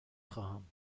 خواهم